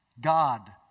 God